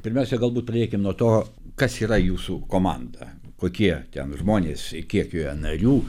pirmiausia galbūt pradėkim nuo to kas yra jūsų komanda kokie ten žmonės kiek joje narių